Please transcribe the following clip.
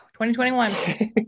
2021